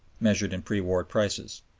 measured in pre-war prices.